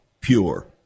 pure